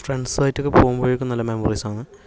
ഫ്രണ്ട്സുമായിട്ടൊക്കെ പോകുമ്പോഴേക്കും നല്ല മെമ്മറീസ് ആണ്